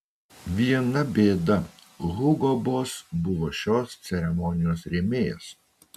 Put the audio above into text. viena bėda hugo boss buvo šios ceremonijos rėmėjas